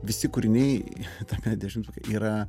visi kūriniai tame dešimtuke yra